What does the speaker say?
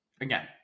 again